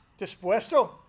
dispuesto